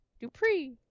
Dupree